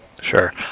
Sure